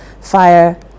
Fire